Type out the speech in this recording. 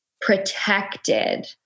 protected